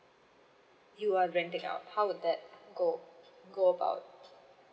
you are renting out how would that go go about